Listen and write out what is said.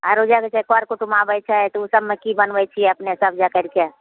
आरो जे छै कर कुटुम्ब आबै छै ओ सबमे की बनबै छी अपने सब जा कैरिके